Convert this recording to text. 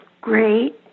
great